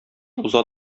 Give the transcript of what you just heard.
уза